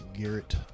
Garrett